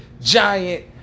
giant